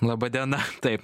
laba diena taip